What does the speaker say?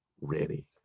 ready